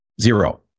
Zero